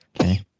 Okay